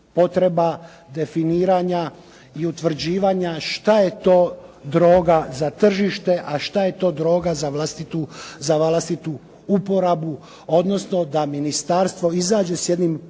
potreba definiranja i utvrđivanja šta je to droga za tržište a šta je to droga za vlastitu uporabu odnosno da ministarstvo izađe s jednim pravilnikom